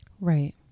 Right